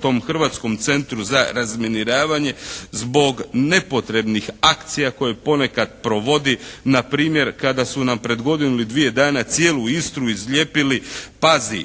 tom Hrvatskom centru za razminiravanje zbog nepotrebnih akcija koje ponekad provodi. Npr. kada su nam pred godinu ili dvije dana cijelu Istru izlijepili, "Pazi mine.